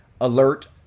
alert